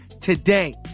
today